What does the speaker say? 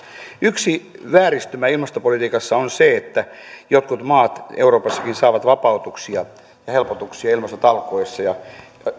yksi vääristymä ilmastopolitiikassa on se että jotkut maat euroopassakin saavat vapautuksia ja helpotuksia ilmastotalkoissa